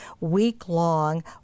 week-long